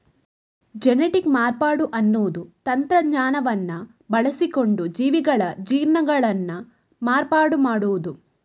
genetic ಮಾರ್ಪಾಡು ಅನ್ನುದು ತಂತ್ರಜ್ಞಾನವನ್ನ ಬಳಸಿಕೊಂಡು ಜೀವಿಗಳ ಜೀನ್ಗಳನ್ನ ಮಾರ್ಪಾಡು ಮಾಡುದು